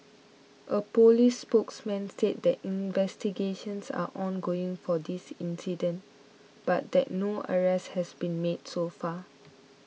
a police spokesman said that investigations are ongoing for this incident but that no arrests had been made so far